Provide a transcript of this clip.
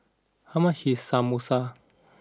how much is Samosa